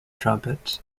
trumpets